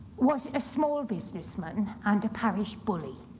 was a small businessman and a parish bully.